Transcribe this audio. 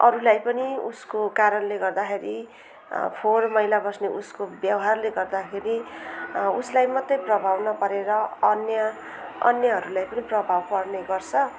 अरूलाई पनि उसको कारणले गर्दाखेरि फोहोर मैला बस्ने उसको व्यवहारले गर्दाखेरि उसलाई मात्रै प्रभाव नपरेर अन्य अन्यहरूलाई पनि प्रभाव पर्ने गर्छ